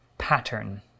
Pattern